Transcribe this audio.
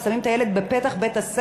כשהם שמים את הילד בפתח בית-הספר,